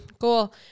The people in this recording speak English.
Cool